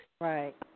Right